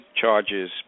charges